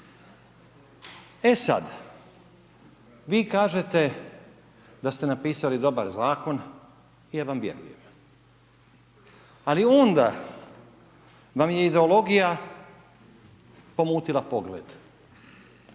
E sad, vi kažete da ste napisali dobar Zakon, i ja vam vjerujem, ali onda vam je ideologija pomutila pogled,